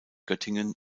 göttingen